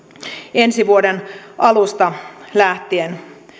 ensi vuoden alusta lähtien